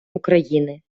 україни